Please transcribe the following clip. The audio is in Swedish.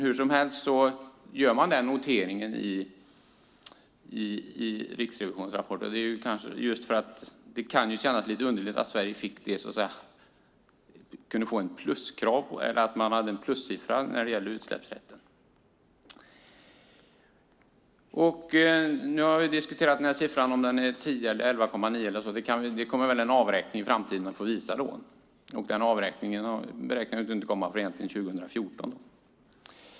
Hur som helst görs nämnda notering i Riksrevisionens rapport. Det kan ju kännas lite underligt med Sveriges plussiffra när det gäller utsläppsrätter. Vi har diskuterat siffran i sammanhanget - 10, 11,9 eller något sådant. Men det kommer väl en avräkning i framtiden att få utvisa. Den avräkningen beräknas inte komma förrän egentligen 2014.